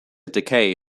decay